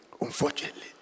Unfortunately